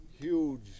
huge